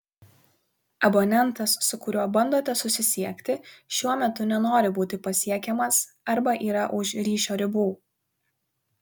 abonentas su kuriuo bandote susisiekti šiuo metu nenori būti pasiekiamas arba yra už ryšio ribų